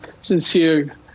sincere